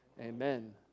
Amen